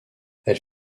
elle